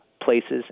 places